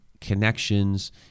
connections